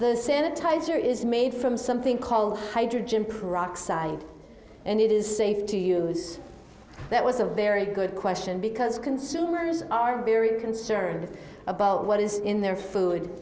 sanitizer is made from something called hydrogen peroxide and it is safe to use that was a very good question because consumers are very concerned about what is in their food